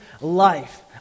life